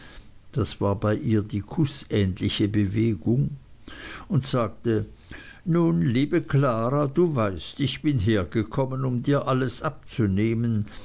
das war bei ihr die kußähnlichste bewegung und sagte nun liebe klara du weißt ich bin hergekommen um dir alles abzunehmen